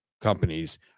companies